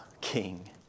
king